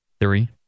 Three